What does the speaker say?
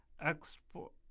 export